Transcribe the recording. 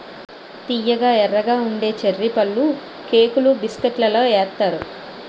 తియ్యగా ఎర్రగా ఉండే చర్రీ పళ్ళుకేకులు బిస్కట్లలో ఏత్తారు